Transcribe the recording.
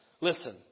listen